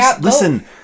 Listen